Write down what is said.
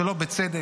שלא בצדק,